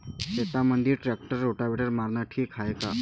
शेतामंदी tractor rotavator मारनं ठीक हाये का?